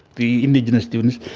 the indigenous students,